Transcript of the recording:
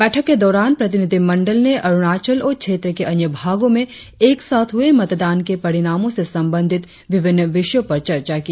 बैठक के दौरान प्रतिनिधिमंडल ने अरुणाचल और क्षेत्र के अन्य भागो में एक साथ हुए मतदान के परिणामों से संबंधित विभिन्न विषयों पर चर्चा की